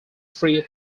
free